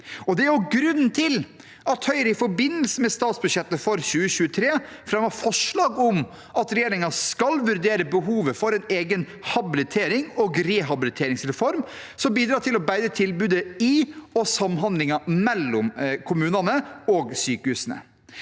det er grunnen til at Høyre i forbindelse med statsbudsjettet for 2023 fremmet forslag om at regjeringen skal vurdere behovet for en egen habiliterings- og rehabiliteringsreform som bidrar til å bedre tilbudet i og samhandlingen mellom kommunene og sykehusene.